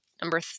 number